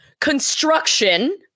Construction